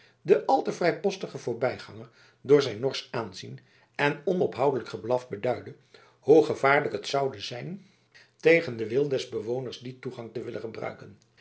den al te vrijpostigen voorbijganger door zijn norsch aanzien en onophoudelijk geblaf beduidde hoe gevaarlijk het zoude zijn tegen den wil des bewoners dien toegang te willen gebruiken